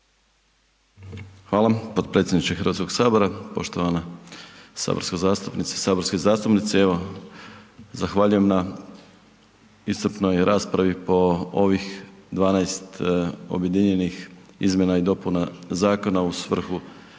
Hvala podpredsjedniče Hrvatskog sabora, poštovane saborske zastupnice i saborski zastupnici. Evo, zahvaljujem na iscrpnoj raspravi po ovih 12 objedinjenih Izmjena i dopuna Zakona u svrhu,